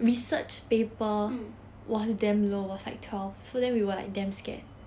mm